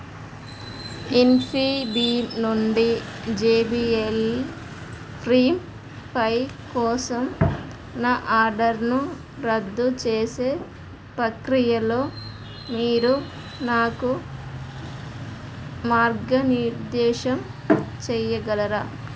Infibeam నుండి J B L flip five కోసం నా ఆర్డర్ను రద్దు చేసే ప్రక్రియలో మీరు నాకు మార్గనిర్దేశం చేయగలరా